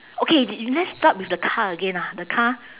okay d~ let's start with the car again ah the car